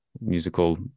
musical